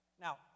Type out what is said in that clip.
Now